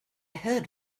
heard